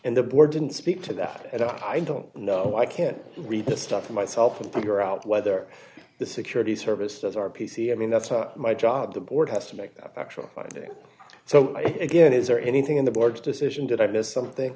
and the board didn't speak to that and i don't know why i can't read the stuff for myself and figure out whether the security services are p c i mean that's my job the board has to make the actual fighting so again is there anything in the board's decision that i missed something